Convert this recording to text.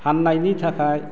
फाननायनि थाखाय